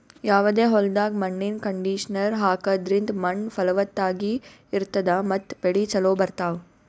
ಯಾವದೇ ಹೊಲ್ದಾಗ್ ಮಣ್ಣಿನ್ ಕಂಡೀಷನರ್ ಹಾಕದ್ರಿಂದ್ ಮಣ್ಣ್ ಫಲವತ್ತಾಗಿ ಇರ್ತದ ಮತ್ತ್ ಬೆಳಿ ಚೋಲೊ ಬರ್ತಾವ್